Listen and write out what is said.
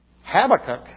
Habakkuk